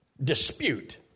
dispute